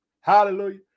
hallelujah